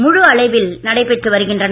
ழுழு அளவில் நடைபெற்று வருகின்றன